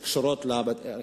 שקשורות בנושא,